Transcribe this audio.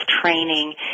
training